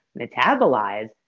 metabolize